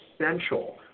essential